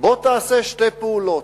בוא תעשה שתי פעולות: